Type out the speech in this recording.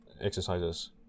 exercises